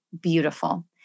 beautiful